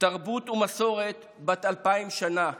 תרבות ומסורת בת אלפיים שנה,